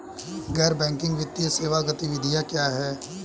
गैर बैंकिंग वित्तीय सेवा गतिविधियाँ क्या हैं?